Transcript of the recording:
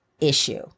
issue